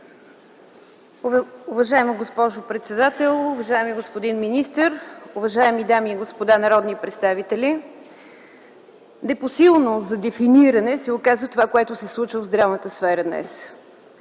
Уважаема госпожо председател, уважаеми господин министър, уважаеми дами и господа народни представители! Непосилно за дефиниране се оказа това, което се случва в здравната сфера днес.